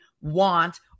want